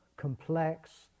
complex